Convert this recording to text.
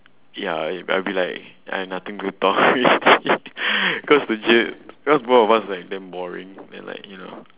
ya I I'll be like I have nothing to talk already because the J because both of us like damn boring then like you know